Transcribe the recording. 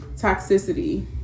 Toxicity